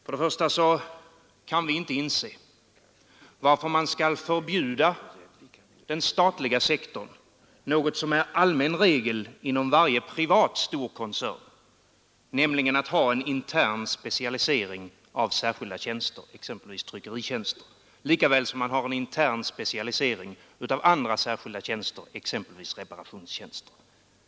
För det första kan vi inte inse varför man skall förbjuda den statliga sektorn något som är allmän regel inom varje privat storkoncern, nämligen att ha en intern specialisering av särskilda tjänster — exempelvis tryckeritjänster — lika väl som man har en intern specialisering av andra särskilda tjänster, exempelvis reparationstjänster.